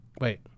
Wait